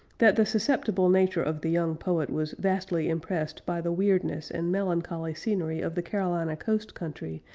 that the susceptible nature of the young poet was vastly impressed by the weirdness and melancholy scenery of the carolina coast country,